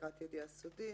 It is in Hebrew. מסירת ידיעה סודית,